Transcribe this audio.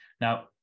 Now